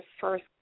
first